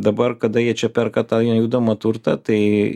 dabar kada jie čia perka tą nejudamą turtą tai